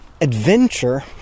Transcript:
adventure